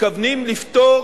מתכוונים לפטור